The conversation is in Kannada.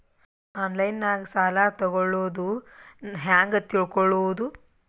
ಆನ್ಲೈನಾಗ ಸಾಲ ತಗೊಳ್ಳೋದು ಹ್ಯಾಂಗ್ ತಿಳಕೊಳ್ಳುವುದು?